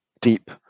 deep